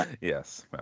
Yes